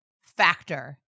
factor